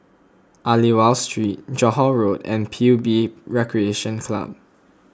Aliwal Street Johore Road and P U B Recreation Club